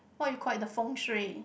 what you call it the Feng-Shui